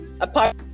apart